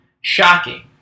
Shocking